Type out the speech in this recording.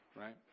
right